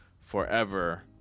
forever